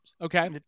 okay